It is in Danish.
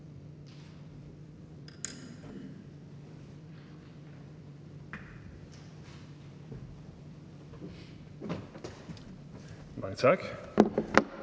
Mange tak.